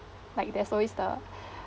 like there's always the